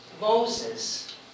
Moses